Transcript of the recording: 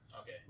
Okay